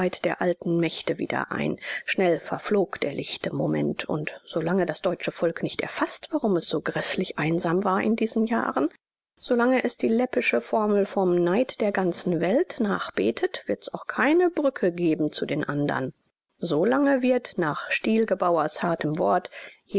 der alten mächte wieder ein schnell verflog der lichte moment und solange das deutsche volk nicht erfaßt warum es so gräßlich einsam war in diesen jahren solange es die läppische formel vom neid der ganzen welt nachbetet wird's auch keine brücke geben zu den andern solange wird nach stilgebauers hartem wort